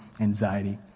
anxiety